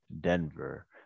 Denver